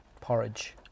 porridge